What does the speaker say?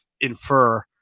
infer